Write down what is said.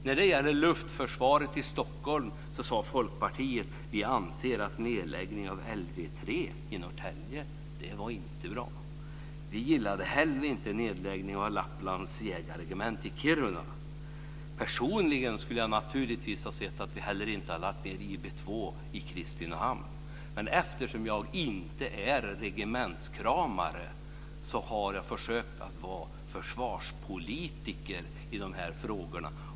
När det gäller luftförsvaret i Stockholm sade Folkpartiet: Vi anser att nedläggningen av LV 3 i Norrtälje inte är bra. Vi gillade inte heller nedläggningen av Lapplands jägarregemente i Kiruna. Personligen skulle jag naturligtvis inte heller ha velat se att vi lade ned IB 2 i Kristinehamn, men eftersom jag inte är regementskramare så har jag försökt att vara försvarspolitiker i de här frågorna.